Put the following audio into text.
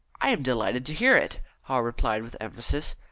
i am delighted to hear it, haw replied with emphasis.